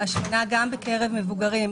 השמנה גם בקרב מבוגרים,